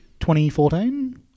2014